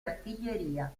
artiglieria